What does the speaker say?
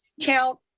Count